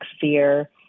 fear